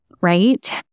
right